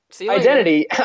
Identity